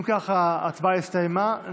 אם כך, ההצבעה הסתיימה.